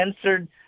answered